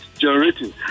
generating